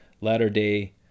latter-day